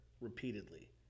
repeatedly